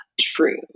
true